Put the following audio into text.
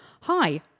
hi